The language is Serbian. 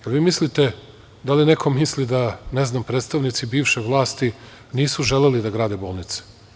Da li neko misli da, ne znam, predstavnici bivše vlasti nisu želeli da grade bolnice?